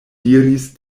diris